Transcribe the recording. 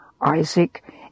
Isaac